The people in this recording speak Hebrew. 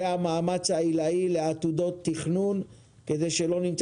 והמאמץ העילאי לעתודות תכנון כדי שלא נמצא